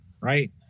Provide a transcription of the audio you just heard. right